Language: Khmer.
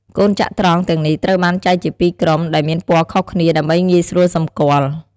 កូនចត្រង្គ ទាំងនេះត្រូវបានចែកជាពីរជាក្រុម ដែលមានពណ៌ខុសគ្នា ដើម្បីងាយស្រួលសម្គាល់។